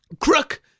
Crook